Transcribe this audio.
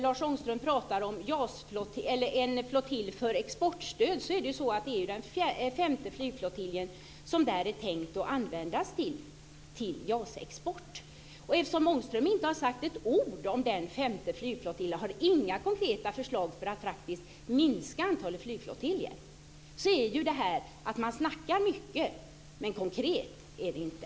Lars Ångström pratar om en flottilj för exportstöd. Det är ju så att den femte flygflottiljen är tänkt att användas till JAS-export. Men Ångström har inte sagt ett ord om den femte flygflottiljen och har inte några konkreta förslag för att faktiskt minska antalet flygflottiljer. Det är ju så att man snackar mycket, men konkret är det inte.